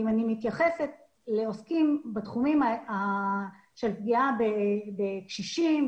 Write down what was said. ואם אני מתייחסת לעוסקים בתחומים של פגיעה בקשישים,